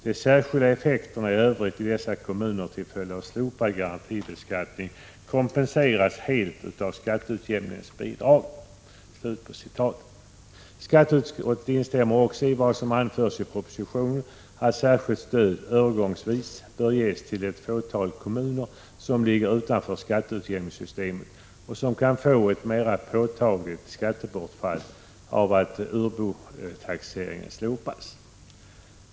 De särskilda effekterna i övrigt i dessa kommuner till följd av slopad garantibeskattning m.m. kompenseras helt av ökade skatteutjämningsbidrag.” Skatteutskottet instämmer också i vad som anförs i propositionen om att särskilt stöd övergångsvis bör ges till det fåtal kommuner som ligger utanför skatteutjämningssystemet och som kan få ett mera påtagligt skattebortfall av att utbotaxeringen slopas.